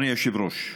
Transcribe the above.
אדוני היושב-ראש,